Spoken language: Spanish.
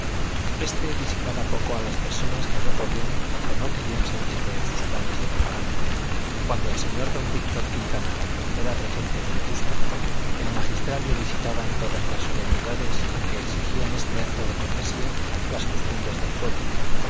este visitaba poco a las personas que no podían o no querían servirle en sus planes de propaganda cuando el señor don víctor quintanar era regente de vetusta el magistral le visitaba en todas las solemnidades en que exigían este acto de cortesía las costumbres del pueblo